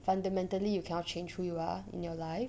fundamentally you cannot change who you are in your life